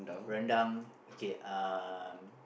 rendang okay um